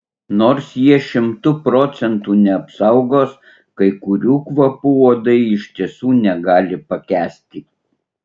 nors jie šimtu procentų neapsaugos kai kurių kvapų uodai iš tiesų negali pakęsti